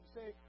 say